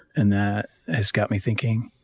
and that has got me thinking,